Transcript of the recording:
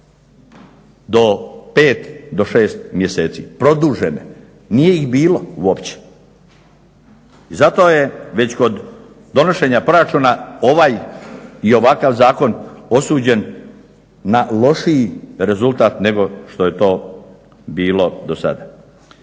do pet do šest mjeseci produžene, nije ih bilo uopće. I zato je već kod donošenja proračuna ovaj i ovakav zakon osuđen na lošiji rezultat nego što je to bilo do sada.